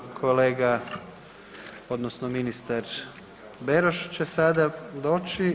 Kolega odnosno ministar Beroš će sada doći.